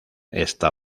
está